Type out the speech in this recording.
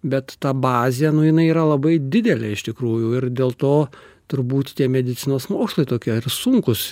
bet ta bazė nu jinai yra labai didelė iš tikrųjų ir dėl to turbūt tie medicinos mokslai tokie ir sunkūs